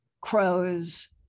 crows